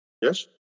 yes